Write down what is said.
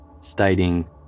stating